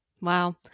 Wow